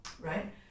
right